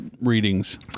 readings